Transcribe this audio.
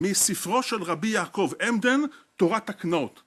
מספרו של רבי יעקב עמדן תורת הקנות